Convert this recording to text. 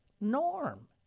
norm